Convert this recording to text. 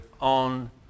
on